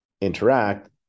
interact